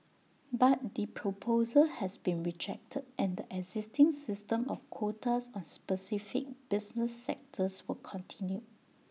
but the proposal has been rejected and the existing system of quotas on specific business sectors will continue